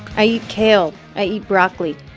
i eat kale. i eat broccoli.